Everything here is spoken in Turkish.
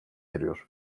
eriyor